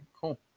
cool